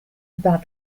about